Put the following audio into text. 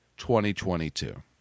2022